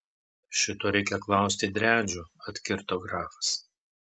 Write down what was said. šito reikia klausti driadžių atkirto grafas